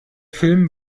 film